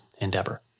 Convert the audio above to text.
endeavor